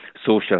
social